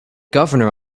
governor